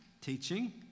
teaching